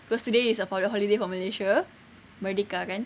cause today is a public holiday for malaysia merdeka kan